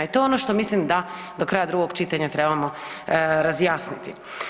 I to je ono što mislim da do kraja drugog čitanja trebamo razjasniti.